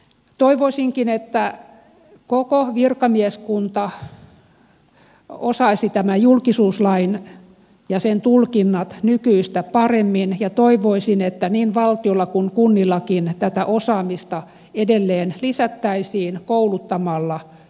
toivoisinkin että koko virkamieskunta osaisi tämän julkisuuslain ja sen tulkinnat nykyistä paremmin ja toivoisin että niin valtiolla kuin kunnillakin tätä osaamista edelleen lisättäisiin kouluttamalla